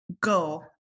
go